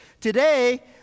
Today